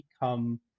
become